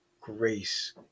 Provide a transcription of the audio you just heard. grace